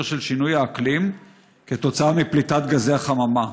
של שינוי האקלים עקב פליטת גזי החממה,